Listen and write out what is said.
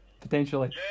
potentially